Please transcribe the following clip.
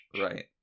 right